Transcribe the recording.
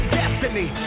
destiny